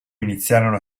iniziarono